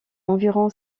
environ